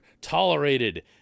tolerated